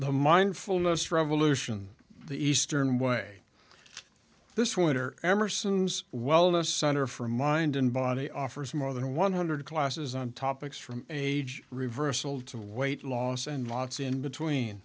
mindfulness revolution the eastern way this winter emerson's wellness center for mind and body offers more than one hundred classes on topics from age reversal to weight loss and lots in between